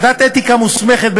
ועדת אתיקה מוסמכת,